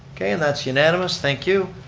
okay, and that's unanimous, thank you.